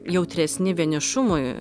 jautresni vienišumui